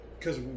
cause